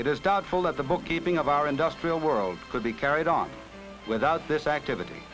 it is doubtful that the bookkeeping of our industrial world could be carried on without this activity